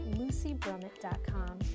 lucybrummett.com